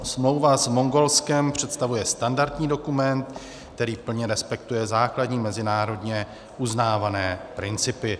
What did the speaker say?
Smlouva s Mongolskem představuje standardní dokument, který plně respektuje základní mezinárodně uznávané principy.